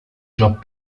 job